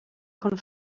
chun